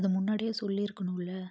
அதை முன்னாடியே சொல்லியிருக்கணுன்ல